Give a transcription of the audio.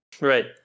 Right